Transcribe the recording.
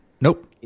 Nope